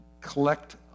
collect